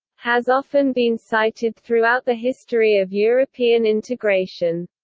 has often been cited throughout the history of european integration.